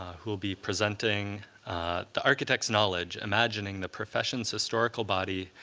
who will be presenting the architect's knowledge, imagining the professions historical body,